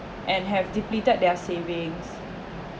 and have depleted their savings